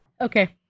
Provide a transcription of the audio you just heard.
okay